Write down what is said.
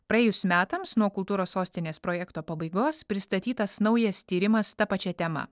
praėjus metams nuo kultūros sostinės projekto pabaigos pristatytas naujas tyrimas ta pačia tema